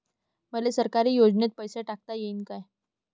मले सरकारी योजतेन पैसा टाकता येईन काय?